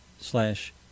slash